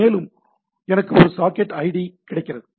மேலும் எனக்கு ஒரு சாக்கெட் ஐடி கிடைக்கிறது